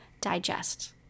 digest